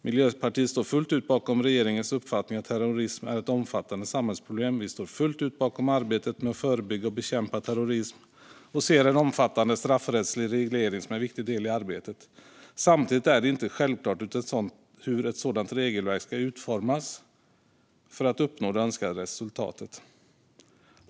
Miljöpartiet står fullt ut bakom regeringens uppfattning att terrorism är ett omfattande samhällsproblem. Vi står fullt ut bakom arbetet med att förebygga och bekämpa terrorism och ser en omfattande straffrättslig reglering som en viktig del i det arbetet. Samtidigt är det inte självklart hur ett sådant regelverk ska utformas för att uppnå det önskade resultatet.